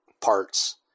parts